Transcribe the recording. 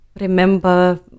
remember